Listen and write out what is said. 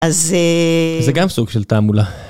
אז זה גם סוג של תעמולה.